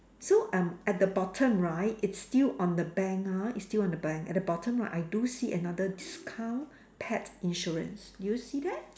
so um at the bottom right it's still on the bank ah it's still on the bank at the bottom right I do see another discount pet insurance do you see that